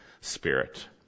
spirit